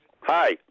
Hi